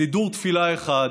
סידור תפילה אחד